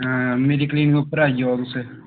मेरे क्लिनिक उप्पर आई जाओ तुस